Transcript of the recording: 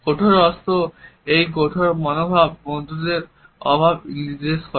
কঠোর অস্ত্র একটি কঠোর মনোভাব বন্ধুত্বের অভাব নির্দেশ করে